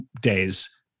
days